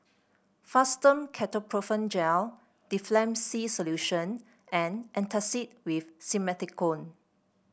Fastum Ketoprofen Gel Difflam C Solution and Antacid with Simethicone